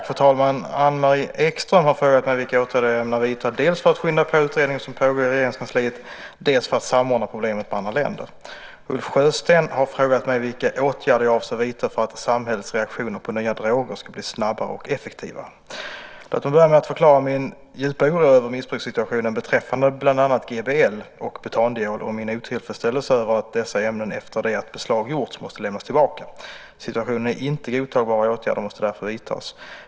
Fru talman! Anne-Marie Ekström har frågat mig vilka åtgärder jag ämnar vidta dels för att skynda på utredningen som pågår i Regeringskansliet, dels för att samordna problemet med andra länder. Ulf Sjösten har frågat mig vilka åtgärder jag avser att vidta för att samhällets reaktion på nya droger ska bli snabbare och effektivare. Låt mig börja med att förklara min djupa oro över missbrukssituationen beträffande bland annat GBL och butandiol och min otillfredsställelse över att dessa ämnen efter det att beslag gjorts måste lämnas tillbaka. Situationen är inte godtagbar och åtgärder måste därför vidtas.